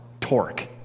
torque